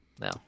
No